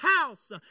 house